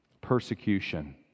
Persecution